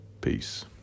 Peace